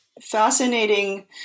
fascinating